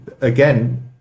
again